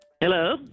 Hello